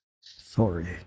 Sorry